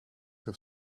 have